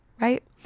right